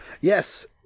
Yes